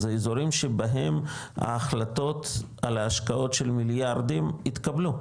זה אזורים שבהם ההחלטות על ההשקעות של מיליארדים התקבלו,